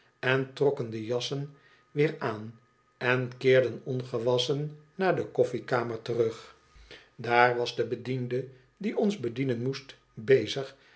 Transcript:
en trokken de jassen weer aan en keerden ongewasschen naar de koffiekamer terug daar was de bediende die ons bedienen moest bezig